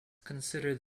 considered